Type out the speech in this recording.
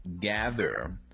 gather